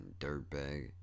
dirtbag